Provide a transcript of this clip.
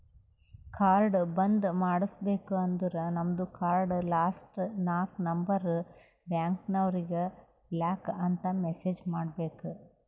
card ಬಂದ್ ಮಾಡುಸ್ಬೇಕ ಅಂದುರ್ ನಮ್ದು ಕಾರ್ಡ್ ಲಾಸ್ಟ್ ನಾಕ್ ನಂಬರ್ ಬ್ಯಾಂಕ್ನವರಿಗ್ ಬ್ಲಾಕ್ ಅಂತ್ ಮೆಸೇಜ್ ಮಾಡ್ಬೇಕ್